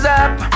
up